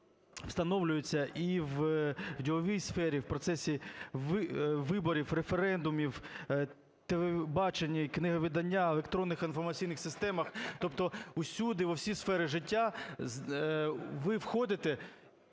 встановлюється і в діловій сфері, в процесі виборів, референдумів, телебачення і книговидання, в електронних інформаційних системах, тобто усюди, в усі сфери життя ви входите,